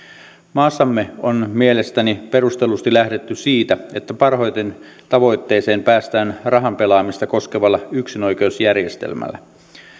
maassamme on mielestäni perustellusti lähdetty siitä että parhaiten tavoitteeseen päästään rahapelaamista koskevalla yksinoikeusjärjestelmällä